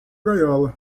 gaiola